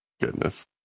goodness